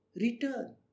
Return